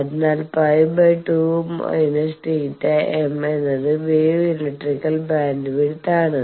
അതിനാൽ π 2−θm എന്നത് wave electrical bandwidth ആണ്